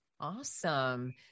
Awesome